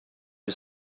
you